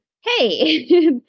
hey